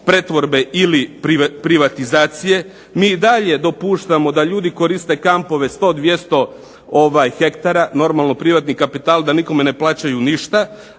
pretvorbe ili privatizacije? Mi i dalje dopuštamo da ljudi koriste kampove 100, 200 hektara, normalno privatni kapital da nikome ne plaćaju ništa,